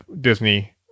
Disney